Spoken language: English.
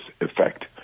effect